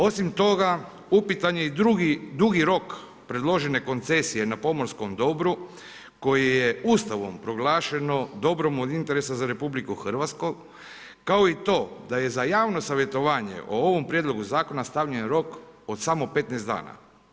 Osim toga, upitan je i dugi rok predložene koncesije na pomorskom dobru koji je Ustavom proglašeno dobrom od interesa za RH, kao i to da je za javno savjetovanje o ovom prijedlogu zakona stavljen rok od samo 15 dana.